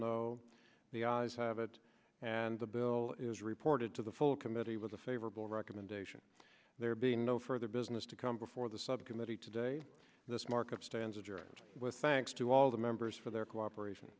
opposing the ayes have it and the bill is reported to the full committee with a favorable recommendation there be no further business to come before the subcommittee today this market stands adjourned with thanks to all the members for their cooperation